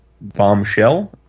bombshell